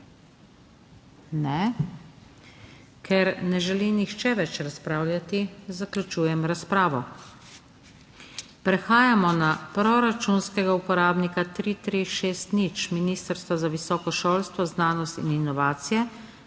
Ne. Ker ne želi nihče več razpravljati, zaključujem razpravo. Prehajamo na proračunskega uporabnika 3.3.6.0 - Ministrstvo za visoko šolstvo, znanost in inovacije